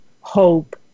hope